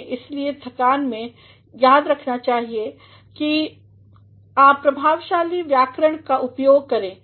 इसलिए ध्यान रखा जाना चाहिए कि आप प्रभावशाली व्याकरण का उपयोग करें